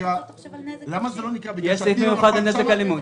יש סעיף מיוחד ל"נזק אלימות".